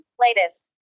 Latest